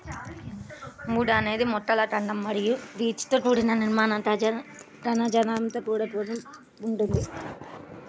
would అనేది మొక్కల కాండం మరియు పీచుతో కూడిన నిర్మాణ కణజాలంతో కూడుకొని ఉంటుంది